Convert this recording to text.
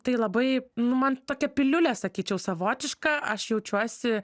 tai labai nu man tokia piliulė sakyčiau savotiška aš jaučiuosi